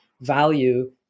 value